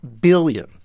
billion